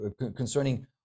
concerning